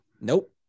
Nope